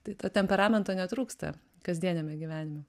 tai to temperamento netrūksta kasdieniame gyvenime